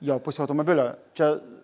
jo pusė automobilio čia